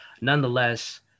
Nonetheless